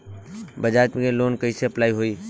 बज़ाज़ से लोन कइसे अप्लाई होई?